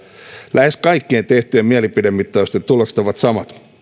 lähes kaikkien tehtyjen mielipidemittausten tulokset ovat samat